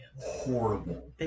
Horrible